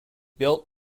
built